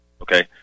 Okay